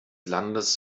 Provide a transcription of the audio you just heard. landes